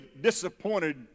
disappointed